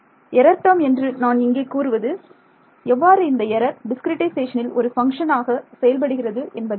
error term என்று நான் இங்கே கூறுவது எவ்வாறு இந்த எரர் டிஸ்கிரிட்டைசேஷனில் ஒரு ஃபங்ஷன் ஆக செயல்படுகிறது என்பதாகும்